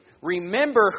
Remember